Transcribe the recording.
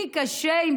לי קשה עם